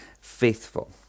faithful